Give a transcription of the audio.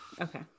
Okay